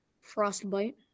frostbite